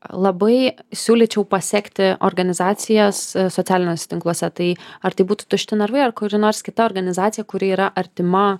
labai siūlyčiau pasekti organizacijas socialiniuose tinkluose tai ar tai būtų tušti narvai ar kuri nors kita organizacija kuri yra artima